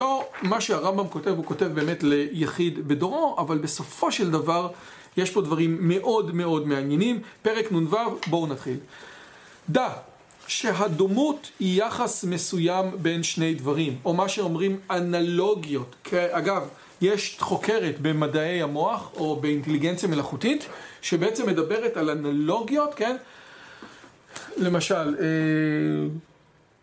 מה שהרמב״ם כותב הוא כותב באמת ליחיד בדורו אבל בסופו של דבר יש פה דברים מאוד מאוד מעניינים פרק נ"ו בואו נתחיל דע שהדומות היא יחס מסוים בין שני דברים או מה שאומרים אנלוגיות אגב יש חוקרת במדעי המוח או באינטליגנציה מלאכותית שבעצם מדברת על אנלוגיות כן? למשל אהה...